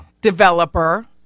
developer